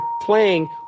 playing